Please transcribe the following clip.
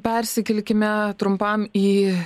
persikelkime trumpam į